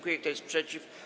Kto jest przeciw?